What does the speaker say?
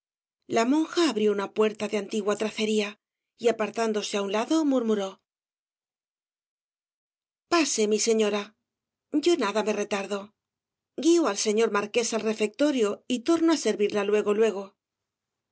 la monja abrió una puerta de antigua tracería y apartándose á un lado murmuró pase mi señora yo nada me retardo guío al señor marqués al refectorio y torno á servirla luego luego